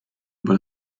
über